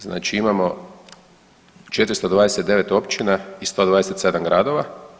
Znači imamo 429 općina i 127 gradova.